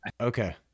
Okay